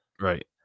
right